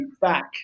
back